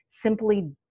simply